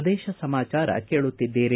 ಪ್ರದೇಶ ಸಮಾಚಾರ ಕೇಳುತ್ತಿದ್ದೀರಿ